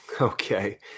Okay